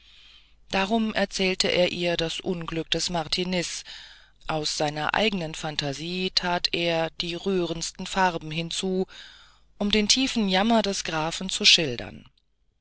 darum erzählte er ihr das unglück des martiniz aus seiner eigenen phantasie tat er die rührendsten farben hinzu um den tiefen jammer des grafen zu schildern